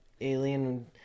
alien